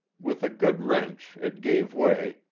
with a good wrench it gave way,